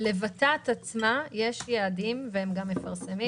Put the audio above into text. לוות"ת עצמה יש יעדים והם גם מפרסמים אותם.